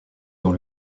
dans